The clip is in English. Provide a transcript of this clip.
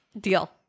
Deal